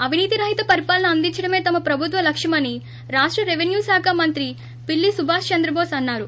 అవినీతి రహిత పరిపాలన అందించడమే తమ ప్రభుత్వ లక్ష్యమని రాష్ట రెవెన్యూశాఖ మంత్రి పిల్లి సుభాష్ చంద్రబోస్ అన్నారు